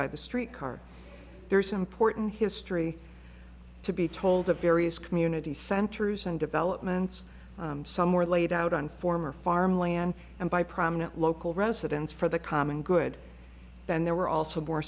by the street car there's important history to be told of various community centers and developments some were laid out on former farmland and by prominent local residents for the common good then there were also more